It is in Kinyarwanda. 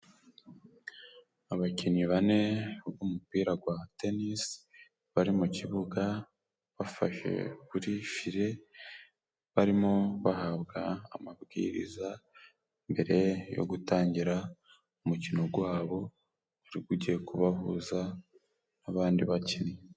Abakinnyi bane b'umupira gwa tenisi bari mu kibuga bafashe kuri fire. Barimo bahabwa amabwiriza mbere yo gutangira umukino gwabo, gwari gugiye kubahuza n'abandi bakinnyi.